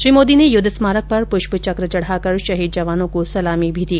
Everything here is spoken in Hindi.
श्री मोदी ने युद्ध स्मारक पर पुष्प चक्र चढ़ाकर शहीद जवानों को सलामी भी दी